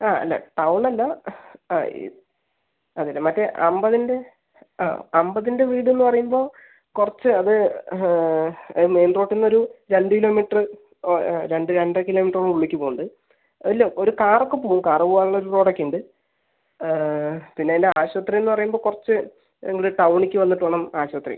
ആ അല്ല ടൗൺ അല്ല ആ ഈ അതെയല്ലെ മറ്റെ അമ്പതിൻ്റെ ആ അമ്പതിൻ്റെ വീടെന്നു പറയുമ്പോൾ കുറച്ച് അത് അതു മെയിൻ റോഡിൽ നിന്ന് ഒരു രണ്ട് കിലോ മീറ്റർ ഓ ആ രണ്ടു രണ്ടര കിലോമീറ്ററോളം ഉളിലേക്ക് പോകുന്നുണ്ട് ഇല്ല ഒരു കാർ ഒക്കെ പോവും കാർ പോവാനുള്ള റോഡൊക്കെ ഉണ്ട് പിന്നെ എല്ലാ ആശുപത്രിയെന്നു പറയുമ്പോൾ കുറച്ച് നിങ്ങൾ ടൗണിലേക്ക് വന്നിട്ട് വേണം ആശുപത്രി